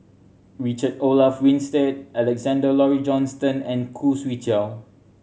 Richard Olaf Winstedt Alexander Laurie Johnston and Khoo Swee Chiow